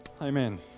Amen